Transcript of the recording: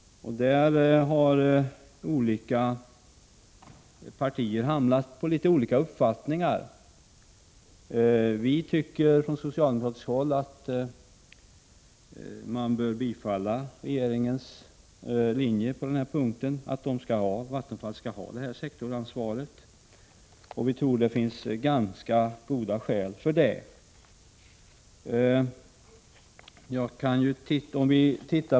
Där har de olika partierna hamnat på litet olika uppfattningar. Från socialdemokratiskt håll tycker vi att man bör bifalla regeringens förslag att Vattenfall skall ha detta sektorsansvar, och vi tror att det finns ganska goda skäl för det.